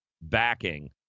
backing